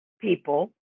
people